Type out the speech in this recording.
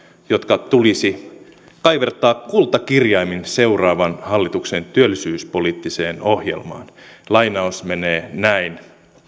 jotka tulisi kaivertaa kultakirjaimin seuraavan hallituksen työllisyyspoliittiseen ohjelmaan lainaus menee näin